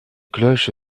cloche